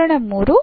ಪ್ರಕರಣ III